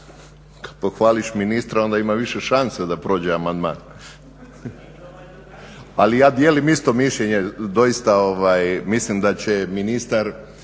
amandman pohvališ ministra onda ima više šanse da prođe amandman, ali ja dijelim isto mišljenje. Doista mislim da će ministar